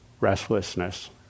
restlessness